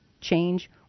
change